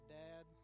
dad